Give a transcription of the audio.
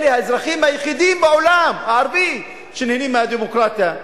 אלה האזרחים היחידים בעולם הערבי שנהנים מהדמוקרטיה.